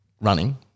running